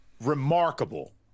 remarkable